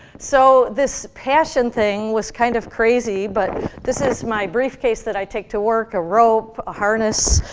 so this passion thing was kind of crazy, but this is my briefcase that i take to work a rope, a harness.